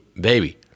baby